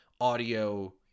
audio